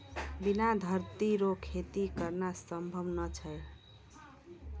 बिना धरती रो खेती करना संभव नै छै